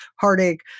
heartache